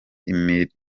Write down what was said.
imirire